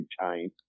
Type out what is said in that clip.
chain